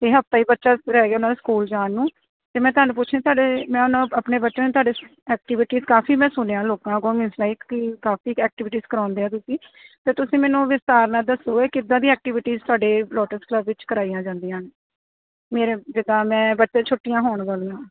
ਤੇ ਹਫ਼ਤਾ ਈ ਬਚ ਰਹਿ ਗਿਆ ਉਨ੍ਹਾਂ ਦਾ ਸਕੂਲ ਜਾਣ ਨੂੰ ਤੇ ਮੈਂ ਤੁਹਾਨੂੰ ਪੁੱਛਣਾ ਤਾਡੇ ਮੈਮ ਆਪਣੇ ਬੱਚਿਆਂ ਨੂੰ ਤਾਡੇ ਐਕਟੀਵਿਟੀ ਕਾਫ਼ੀ ਮੈਂ ਸੁਣਿਆ ਲੋਕਾਂ ਕੋ ਮੀਨਸ ਲਾਇਕ ਕੀ ਕਾਫ਼ੀ ਐਕਟਿਵਿਟੀਜ ਕਰੋਂਦੇ ਐ ਤੁਸੀਂ ਤੇ ਤੁਸੀਂ ਮੈਨੂੰ ਵਿਸਥਾਰ ਨਾਲ ਦੱਸੋ ਇਹ ਕਿੱਦਾਂ ਦੀਆਂ ਐਕਟੀਵਿਟੀਸ ਤਾਡੇ ਲੋਟਸ ਕਲੱਬ ਵਿੱਚ ਕਰਾਈਆਂ ਜਾਂਦੀਆਂ ਅਨ ਮੇਰੇ ਜਿੱਦਾਂ ਮੈਂ ਬੱਚਿਆਂ ਨੂੰ ਛੁੱਟੀਆਂ ਹੋਣ ਵਾਲੀਆਂ